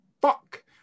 fuck